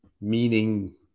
meaning